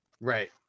right